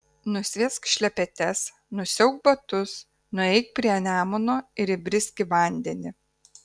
nusviesk šlepetes nusiauk batus nueik prie nemuno ir įbrisk į vandenį